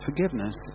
Forgiveness